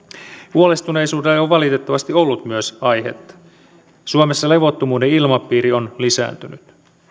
huolestuneisuuteen on valitettavasti myös ollut aihetta suomessa levottomuuden ilmapiiri on lisääntynyt